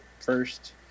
first